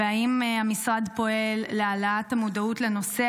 2. האם המשרד פועל להעלאת המודעות לנושא